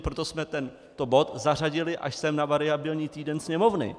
Proto jsme tento bod zařadili až sem na variabilní týden Sněmovny.